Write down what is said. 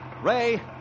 Ray